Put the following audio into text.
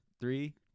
Three